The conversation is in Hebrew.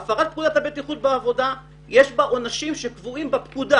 להפרה זו יש עונשים שקבועים בפקודה.